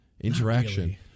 Interaction